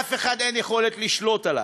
ולאף אחד אין יכולת לשלוט עליה,